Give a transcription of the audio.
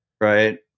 Right